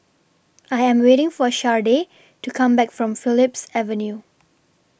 I Am waiting For Shardae to Come Back from Phillips Avenue